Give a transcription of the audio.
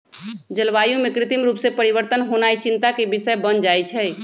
जलवायु में कृत्रिम रूप से परिवर्तन होनाइ चिंता के विषय बन जाइ छइ